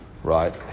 Right